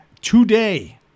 today